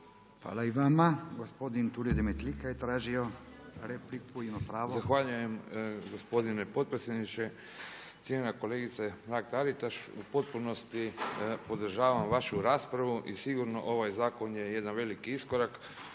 Hvala i vama. Gospodin Tulio Demetlika je tražio repliku, ima pravo. **Demetlika, Tulio (IDS)** Zahvaljujem gospodine potpredsjedniče. Cijenjena kolegice Mrak-Taritaš u potpunosti podržavam vašu raspravu i sigurno ovaj zakon je jedan veliki iskorak